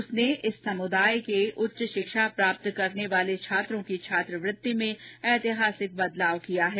उसने इस समुदाय के उच्च शिक्षा प्राप्त करने वाले छात्रों की छात्रवृति में ऐतिहासिक बदलाव किया है